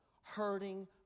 hurting